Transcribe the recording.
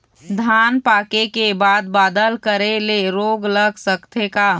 धान पाके के बाद बादल करे ले रोग लग सकथे का?